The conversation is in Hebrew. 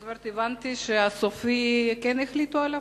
הבנתי שכן החליטו סופית על הפרטה?